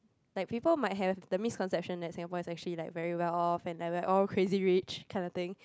like people might have the misconception that Singapore is actually like very well off and like we're all Crazy Rich kind of thing